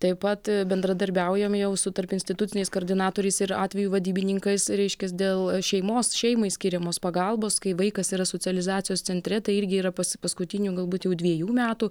taip pat bendradarbiaujam jau su tarpinstituciniais koordinatoriais ir atvejų vadybininkais reiškiasi dėl šeimos šeimai skiriamos pagalbos kai vaikas yra socializacijos centre tai irgi yra pas paskutinių galbūt jau dviejų metų